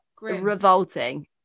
revolting